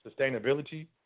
sustainability